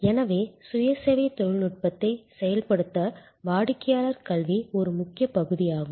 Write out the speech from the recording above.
எனவே சுய சேவை தொழில்நுட்பத்தை செயல்படுத்த வாடிக்கையாளர் கல்வி ஒரு முக்கிய பகுதியாகும்